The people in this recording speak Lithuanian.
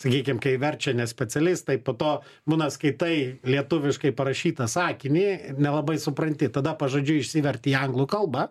sakykim kai verčia ne specialistai po to būna skaitai lietuviškai parašytą sakinį nelabai supranti tada pažodžiui išsiverti į anglų kalbą